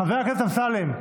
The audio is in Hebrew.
חבר הכנסת אמסלם,